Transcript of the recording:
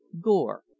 gore